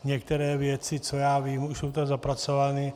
Některé věci, co já vím, už jsou tam zapracovány.